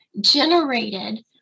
generated